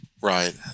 right